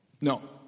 No